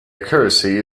accuracy